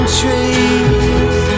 trees